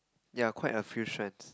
yeah quite a few strands